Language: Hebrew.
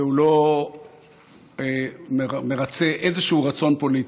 והוא לא מרצה איזשהו רצון פוליטי.